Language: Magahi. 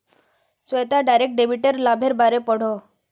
श्वेता डायरेक्ट डेबिटेर लाभेर बारे पढ़ोहो